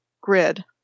grid